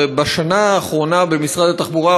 בשנה האחרונה במשרד התחבורה,